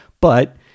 But-